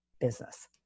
business